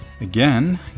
again